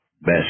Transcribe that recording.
best